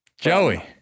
Joey